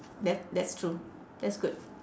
that~ that's true that's good